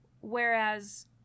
Whereas